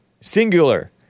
Singular